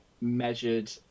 measured